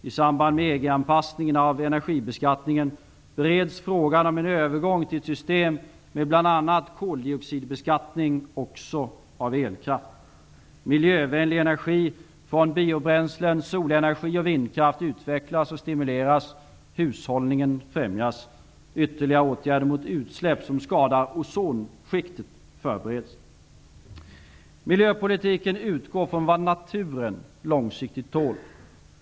I samband med EG koldioxidbeskattning också på elkraft. Miljövänlig energi från biobränslen, solenergi och vindkraft utvecklas och stimuleras. Hushållning främjas. Ytterligare åtgärder mot utsläpp som skadar ozonskiktet förbereds. Miljöpolitiken skall utgå från vad naturen långsiktigt tål.